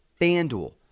FanDuel